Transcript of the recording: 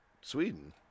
Sweden